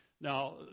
Now